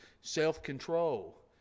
self-control